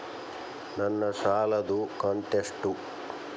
ನನ್ನ ಸಾಲದು ಕಂತ್ಯಷ್ಟು?